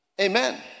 Amen